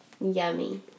yummy